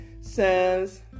says